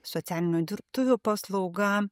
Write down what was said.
socialinių dirbtuvių paslauga